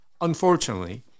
Unfortunately